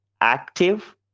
active